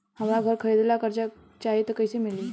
हमरा घर खरीदे ला कर्जा चाही त कैसे मिली?